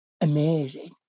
amazing